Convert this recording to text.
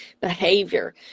behavior